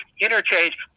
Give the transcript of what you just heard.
interchange